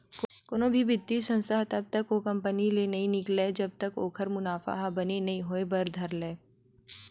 कोनो भी बित्तीय संस्था ह तब तक ओ कंपनी ले नइ निकलय जब तक ओखर मुनाफा ह बने नइ होय बर धर लय